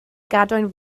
gadwyn